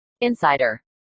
Insider